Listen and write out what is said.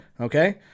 Okay